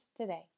today